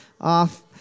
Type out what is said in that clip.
off